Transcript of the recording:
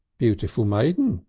beautiful maiden,